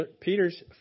Peter's